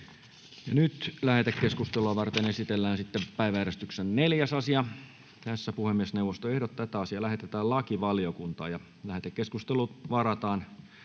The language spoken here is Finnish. Lähetekeskustelua varten esitellään päiväjärjestyksen 4. asia. Puhemiesneuvosto ehdottaa, että asia lähetetään lakivaliokuntaan. Lähetekeskusteluun varataan